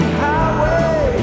highway